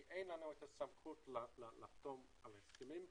כי אין לנו את הסמכות לחתום על הסכמים,